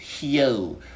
yo